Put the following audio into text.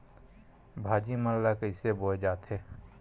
भाजी मन ला कइसे बोए जाथे?